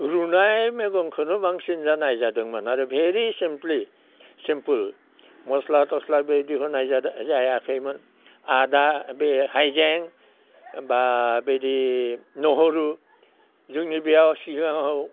रुनाय मैगंखोनो बांसिन जानाय जादोंमोन आरो भेरि सिमप्लि सिमफोल मस्ला थस्ला बे दिहुननाय जायाखैमोन आदा बे हायजें बा बिदि नहरु जोंनि बेयाव सिगाङाव